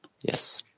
Yes